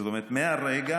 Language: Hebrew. זאת אומרת, מהרגע